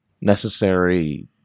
necessary